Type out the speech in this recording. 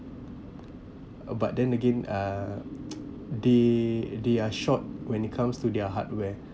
but then again uh they they are short when it comes to their hardware